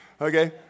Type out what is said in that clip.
Okay